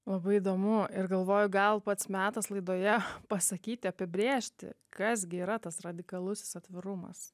labai įdomu ir galvoju gal pats metas laidoje pasakyti apibrėžti kas gi yra tas radikalusis atvirumas